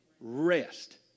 rest